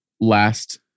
last